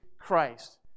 Christ